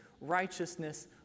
righteousness